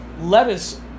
lettuce